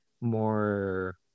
more